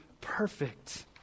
perfect